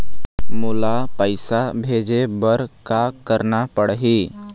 मोला पैसा भेजे बर का करना पड़ही?